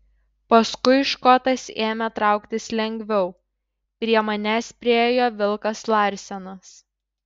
paskui škotas ėmė trauktis lengviau prie manęs priėjo vilkas larsenas